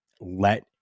Let